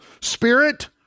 spirit